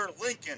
Lincoln